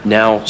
now